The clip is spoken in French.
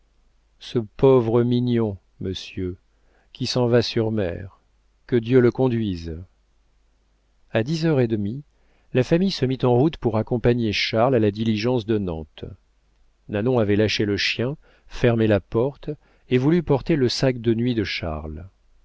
ce pauvre mignon monsieur qui s'en va sur mer que dieu le conduise a dix heures et demie la famille se mit en route pour accompagner charles à la diligence de nantes nanon avait lâché le chien fermé la porte et voulut porter le sac de nuit de charles